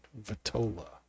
vitola